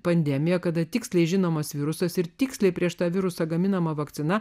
pandemija kada tiksliai žinomas virusas ir tiksliai prieš tą virusą gaminama vakcina